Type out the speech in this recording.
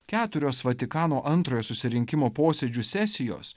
keturios vatikano antrojo susirinkimo posėdžių sesijos